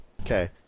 okay